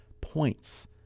points